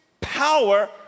power